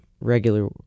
regular